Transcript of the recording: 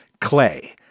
clay